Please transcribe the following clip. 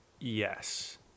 Yes